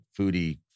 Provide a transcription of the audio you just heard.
foodie